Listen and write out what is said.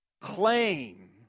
claim